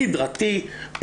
סדרתי,